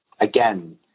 again